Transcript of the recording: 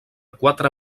quatre